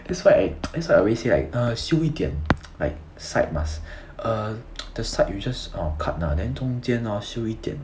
that's why I that's why I always say like uh 修一点 like side must err the side you just um cut ah then 中间 orh 修一点